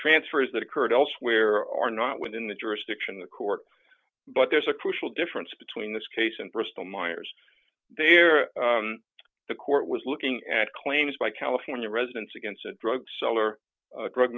transfers that occurred elsewhere are not within the jurisdiction of the court but there's a crucial difference between this case and bristol myers the court was looking at claims by california residents against drug seller drug